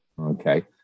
okay